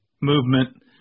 movement